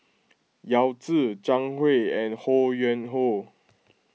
Yao Zi Zhang Hui and Ho Yuen Hoe